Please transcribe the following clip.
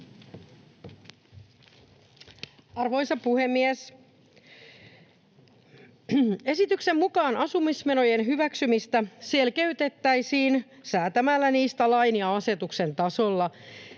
Arvoisa puhemies! Esityksen mukaan asumismenojen hyväksymistä selkeytettäisiin säätämällä niistä lain ja asetuksen tasolla.